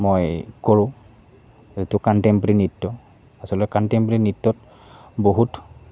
মই কৰোঁ যিটো কাণ্টেম্পৰেৰী নৃত্য আচলতে কাণ্টেম্পৰেৰী নৃত্যত বহুত